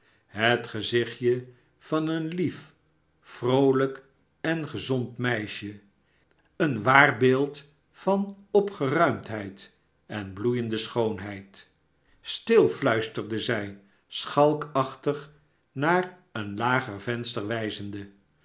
het gezichtje van een lief vroolijk en gezond meisje een waar beeld van opgeruimdheid en bloeiende schoonheid istil fluisterde zij schalkachtig naar een lager venster wijzende